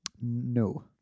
No